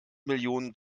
millionen